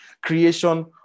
creation